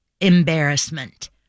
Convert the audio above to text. embarrassment